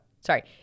sorry